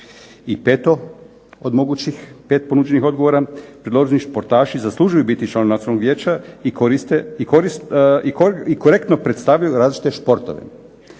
I peto od mogućih 5 ponuđenih odgovora – predloženi športaši zaslužuju biti članovi Nacionalnog vijeća i korektno predstavljaju različite športove.